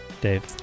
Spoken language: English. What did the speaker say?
Dave